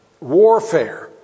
warfare